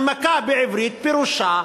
הנמקה בעברית פירושה,